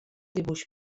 dibuix